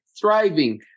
thriving